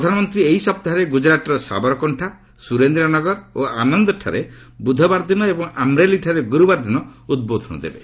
ପ୍ରଧାନମନ୍ତ୍ରୀ ଏହି ସପ୍ତାହରେ ଗୁଜରାଟ୍ର ସାବରକଣ୍ଠା ସୁରେନ୍ଦ୍ର ନଗର ଓ ଆନନ୍ଦ୍ରାରେ ବୁଧବାର ଦିନ ଏବଂ ଆମ୍ରେଲିଠାରେ ଗୁରୁବାର ଦିନ ଉଦ୍ବୋଧନ ଦେବେ